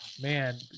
Man